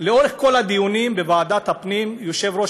לאורך כל הדיונים בוועדת הפנים יושב-ראש